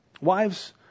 Wives